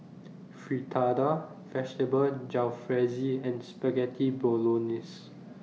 Fritada Vegetable Jalfrezi and Spaghetti Bolognese